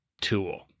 tool